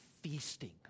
feasting